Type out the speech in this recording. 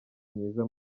myiza